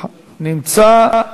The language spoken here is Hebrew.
נמצא.